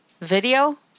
Video